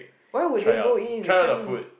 why would they go in they can't even go